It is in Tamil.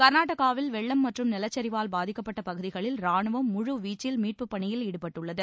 கர்நாடகாவில் வெள்ளம் மற்றும் நிலச்சரிவால் பாதிக்கப்பட்ட பகுதிகளில் ரானுவம் முழு வீச்சில் ஈடுபட்டுள்ளது